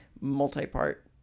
multi-part